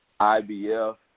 IBF